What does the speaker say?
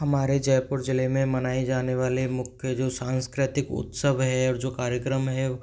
हमारे जयपुर ज़िले में मनाए जाने वाले मुख्य जो सांस्कृतिक उत्सव है और जो कार्यक्रम है